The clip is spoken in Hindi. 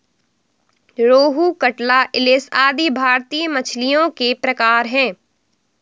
रोहू, कटला, इलिस आदि भारतीय मछलियों के प्रकार है